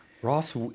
Ross